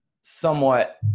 somewhat